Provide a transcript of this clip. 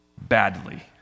badly